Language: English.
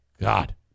God